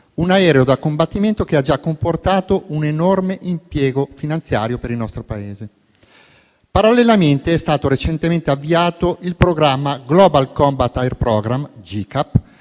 un aereo da combattimento che ha già comportato un enorme impiego finanziario per il nostro Paese. Parallelamente, è stato recentemente avviato il programma Global combat air programme (GCAP),